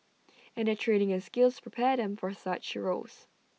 and their training and skills prepare them for such roles